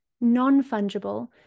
Non-fungible